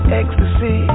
ecstasy